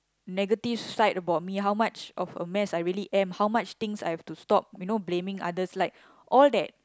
negative side about me how much of a mess I really am how much things I have to stop you know blaming others like all that